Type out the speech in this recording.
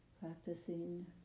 Practicing